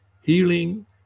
healing